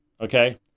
Okay